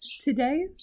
Today